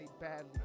badly